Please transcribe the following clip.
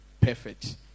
perfect